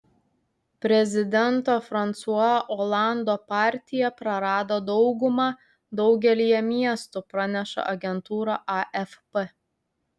prezidento fransua olando partija prarado daugumą daugelyje miestų praneša agentūra afp